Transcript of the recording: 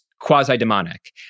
quasi-demonic